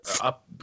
up